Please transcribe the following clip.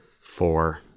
four